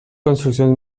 construccions